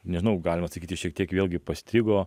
nežinau galima sakyti šiek tiek vėlgi pastrigo